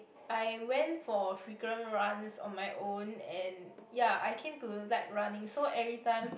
I went for frequent runs on my own and ya I came to like running so everytime